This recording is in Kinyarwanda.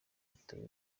yatowe